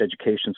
education